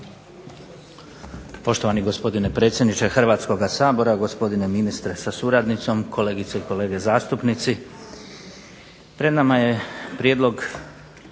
Hvala vam